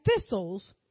thistles